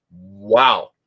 Wow